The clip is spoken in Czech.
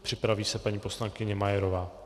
Připraví se paní poslankyně Majerová.